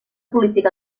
política